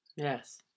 Yes